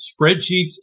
spreadsheets